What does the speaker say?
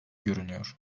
görünüyor